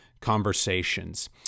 conversations